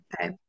Okay